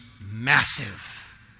massive